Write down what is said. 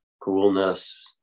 coolness